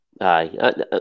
Aye